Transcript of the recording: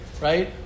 right